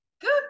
Good